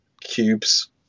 cubes